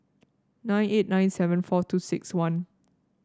nine eight nine seven four two six one